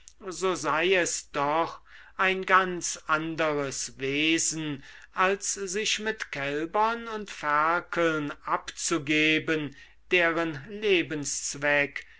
so sei es doch ein ganz anderes wesen als sich mit kälbern und ferkeln abzugeben deren lebenszweck